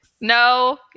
No